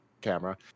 camera